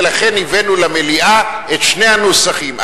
ולכן הבאנו למליאה את שני הנוסחים,